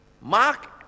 mark